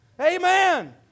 Amen